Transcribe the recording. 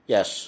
Yes